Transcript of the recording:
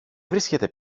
βρίσκεται